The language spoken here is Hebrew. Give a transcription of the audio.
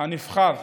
הנבחר,